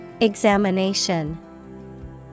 Examination